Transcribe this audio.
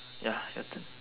ya your turn